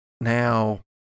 now